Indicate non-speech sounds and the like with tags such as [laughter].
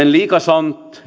[unintelligible] lika sant